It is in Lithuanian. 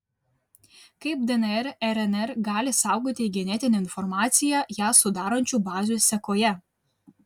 kaip dnr rnr gali saugoti genetinę informaciją ją sudarančių bazių sekoje